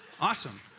Awesome